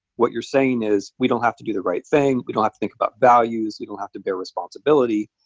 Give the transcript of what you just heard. what you're saying is we don't have to do the right thing, we don't have to think about values, we don't have to bear responsibility.